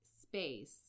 space